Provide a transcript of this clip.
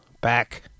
back